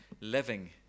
living